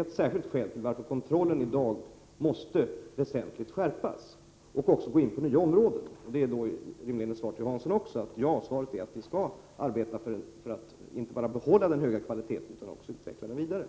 ett skäl till att kontrollen i dag måste skärpas avsevärt och även utökas till nya områden. Svaret på Agne Hanssons fråga är att vi skall arbeta för att inte bara behålla den höga kvaliteten utan också utveckla den vidare.